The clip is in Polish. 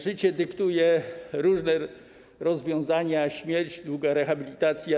Życie dyktuje różne rozwiązania, to śmierć, długa rehabilitacja.